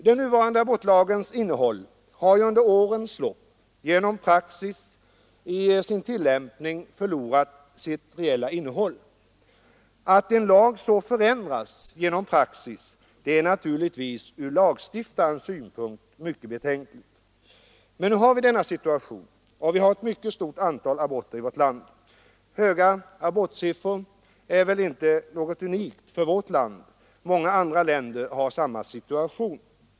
Den nuvarande abortlagens innehåll har ju under årens lopp genom praxis i sin tillämpning förlorat sitt reella innehåll. Att en lag så förändrats genom praxis är naturligtvis från lagstiftarens synpunkt sett mycket betänkligt, men nu har vi denna situation, och vi har ett mycket stort antal aborter i vårt land. Höga abortsiffror är dock inget unikt för vårt land; många andra länder har samma situation.